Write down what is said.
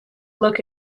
look